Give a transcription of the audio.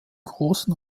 grossen